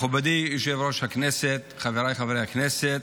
מכובדי יושב-ראש הכנסת, חבריי חברי הכנסת,